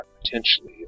potentially